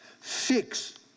Fix